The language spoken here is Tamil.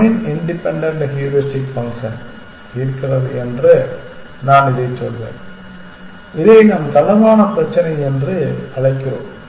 டொமைன் இண்டிபென்டன்ட் ஹூரிஸ்டிக் ஃபங்க்ஷன் தீர்க்கிறது என்று நான் இதைச் சொல்வேன் இதை நாம் தளர்வான பிரச்சினை என்று அழைக்கிறோம்